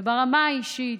וברמה האישית,